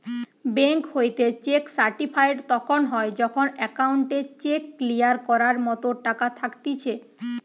bank হইতে cheque certified তখন হয় যখন অ্যাকাউন্টে চেক ক্লিয়ার করার মতো টাকা থাকতিছে